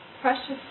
precious